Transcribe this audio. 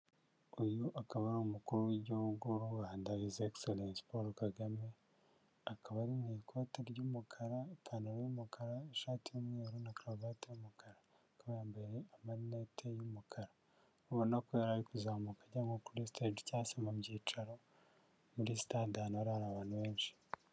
Uyu akaba ari umukuru w'Igihugu w'u Rwanda his excellence Paul Kagame, akaba ari mu ikoti ry'umukara, itanutaro y'umukara, ishati y'umweru na karuvate y'umukara, akaba yambaye amarinete y'umukara, ubona ko yari ari kuzamuka ajya nko kuri siteji cyangwa se mu byicaro muri stade ahantu hari hari abantu benshi.